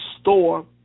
store